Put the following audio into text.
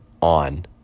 on